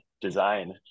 design